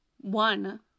one